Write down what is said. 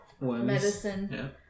medicine